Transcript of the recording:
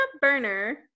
Burner